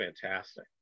fantastic